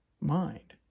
mind